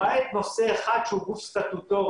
למעט נושא אחד שהוא גוף סטטוטורי,